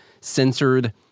censored